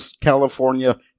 California